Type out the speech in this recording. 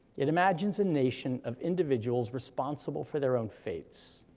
it imagines a nation of individuals responsible for their own fates,